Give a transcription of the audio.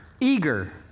eager